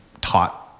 taught